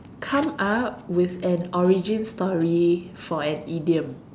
come up with an origin story for an idiom